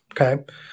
Okay